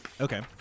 Okay